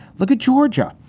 look at georgia.